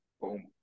Boom